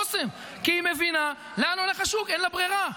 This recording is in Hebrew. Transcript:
אוסם, כי היא מבינה לאן הולך השוק, אין לה ברירה.